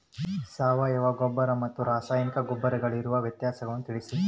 ಸಾವಯವ ಗೊಬ್ಬರ ಮತ್ತು ರಾಸಾಯನಿಕ ಗೊಬ್ಬರಗಳಿಗಿರುವ ವ್ಯತ್ಯಾಸಗಳನ್ನು ತಿಳಿಸಿ?